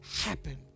happen